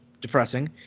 depressing